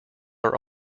are